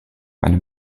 eine